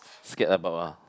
scared about ah